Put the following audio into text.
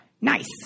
Nice